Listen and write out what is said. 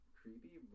creepy